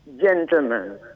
gentlemen